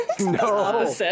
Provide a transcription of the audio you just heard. No